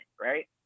right